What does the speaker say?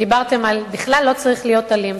דיברתם על זה שבכלל לא צריך להיות אלים.